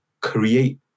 create